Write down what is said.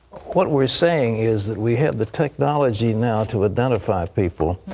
what we're saying is that we have the technology now to identify people,